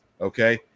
okay